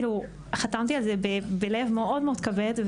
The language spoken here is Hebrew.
חתמתי על זה בלב מאוד כבד,